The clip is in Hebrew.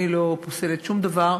אני לא פוסלת שום דבר.